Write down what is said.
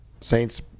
saints